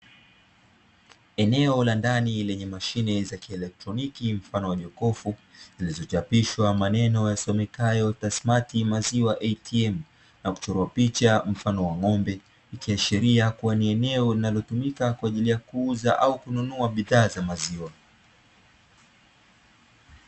Eneo la ndani lenye mashine za kielektroniki mfano wa jokofu zilizochapishwa maneno yasomekayo “the smart maziwa atm” nakuchoewa picha mfano wa ng’ombe, ikiashiria kuwa ni eneo linalotumika kwaajili ya kuuza au kununua bidhaa za maziwa.